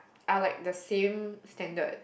are like the same standard